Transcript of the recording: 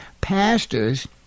pastors